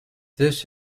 this